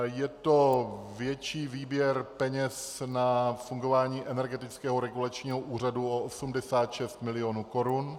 Je to větší výběr peněz na fungování Energetického regulačního úřadu o 86 milionů korun.